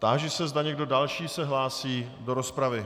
Táži se, zda někdo další se hlásí do rozpravy.